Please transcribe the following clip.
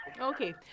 Okay